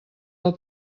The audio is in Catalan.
del